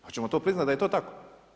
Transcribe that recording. Hoćemo to priznati da je to tako.